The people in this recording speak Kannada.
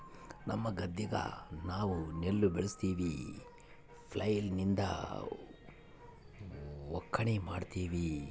ನಮ್ಮ ಗದ್ದೆಗ ನಾವು ನೆಲ್ಲು ಬೆಳಿತಿವಿ, ಫ್ಲ್ಯಾಯ್ಲ್ ಲಿಂದ ಒಕ್ಕಣೆ ಮಾಡ್ತಿವಿ